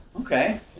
Okay